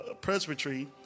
presbytery